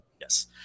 Yes